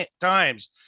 times